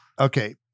Okay